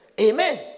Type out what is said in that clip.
Amen